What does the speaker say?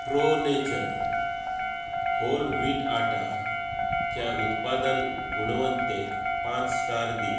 pro nature whole wheat आटाच्या उत्पादन गुणवत्तेक पांच स्टार्स दी